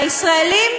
הישראלים,